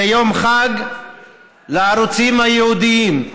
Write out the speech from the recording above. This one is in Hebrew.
זה יום חג לערוצים הייעודיים.